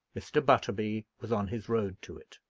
mr. butterby was on his road to it.